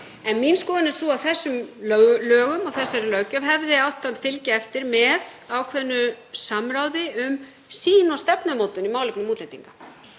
En mín skoðun er sú að þessari löggjöf hefði átt að fylgja eftir með ákveðnu samráði um sýn og stefnumótun í málefnum útlendinga.